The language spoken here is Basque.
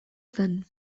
zen